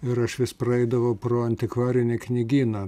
ir aš vis praeidavau pro antikvarinį knygyną